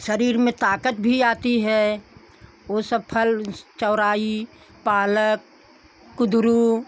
शरीर में ताकत भी आती है वह सब फल उस चौलाई पालक कुंदरू